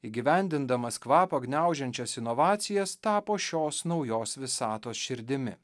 įgyvendindamas kvapą gniaužiančias inovacijas tapo šios naujos visatos širdimi